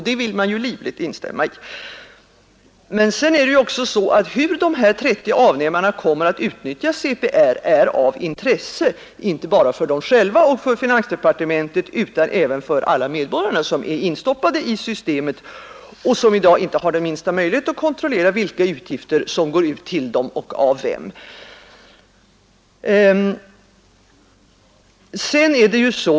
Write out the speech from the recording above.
Det vill man ju livligt instämma i. Hur dessa 30 avnämare kommer att utnyttja CPR är också av intresse, inte bara för dem själva och för finansdepartementet utan även tör alla medborgare som är instoppade i systemet och som inte har minsta möjlighet att kontrollera vilka uppgifter om dem som gar ut och till vem de gär ut.